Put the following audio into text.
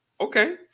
Okay